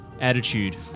attitude